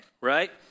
right